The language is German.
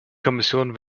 kommission